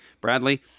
Bradley